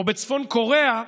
או בצפון קוריאה,